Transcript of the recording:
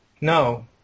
no